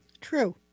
true